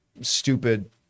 stupid